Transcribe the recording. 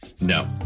No